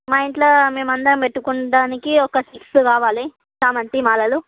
మా ఇంట్లో మేమందరం పెట్టుకోవడానికి ఒక సిక్స్ కావాలి చామంతి మాలలు